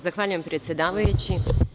Zahvaljujem, predsedavajući.